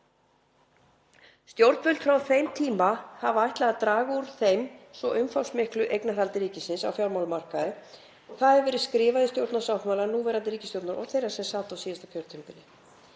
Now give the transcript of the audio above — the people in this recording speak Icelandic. Stjórnvöld á þeim tíma hafa ætlað að draga úr svo umfangsmiklu eignarhaldi ríkisins á fjármálamarkaði og það hefur verið skrifað í stjórnarsáttmála núverandi ríkisstjórnar og þeirrar sem sat á síðasta kjörtímabili.